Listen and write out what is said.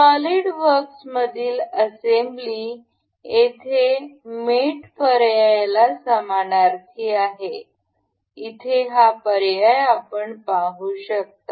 सॉलिडवर्क्समधील assembly येथे mate पर्यायाला समानार्थी आहे इथे हा पर्याय आपण पाहू शकता